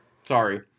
Sorry